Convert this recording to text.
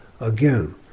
Again